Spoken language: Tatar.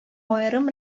аерым